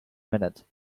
minute